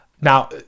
Now